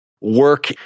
work